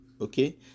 Okay